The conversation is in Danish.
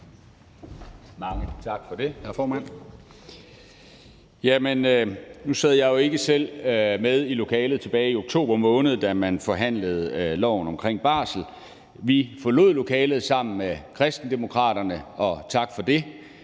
Mange tak for det, hr. formand. Nu sad jeg jo ikke selv med i lokalet tilbage i oktober måned, da man forhandlede loven omkring barsel. Vi forlod lokalet sammen med Kristendemokraterne – og tak for det.